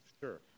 Sure